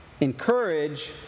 Encourage